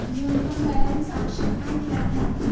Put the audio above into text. न्यूनतम बैलेंस आवश्यकताएं क्या हैं?